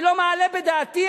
אני לא מעלה בדעתי,